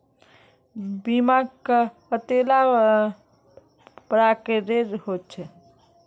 बीमा कतेला प्रकारेर होचे?